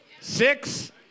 Six